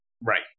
right